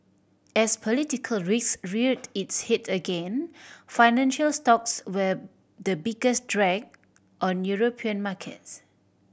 as political risk reared its head again financial stocks were the biggest drag on European markets